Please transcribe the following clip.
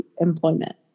employment